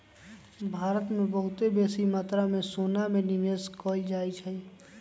भारत में बहुते बेशी मत्रा में सोना में निवेश कएल जाइ छइ